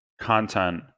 content